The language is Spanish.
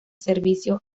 servicio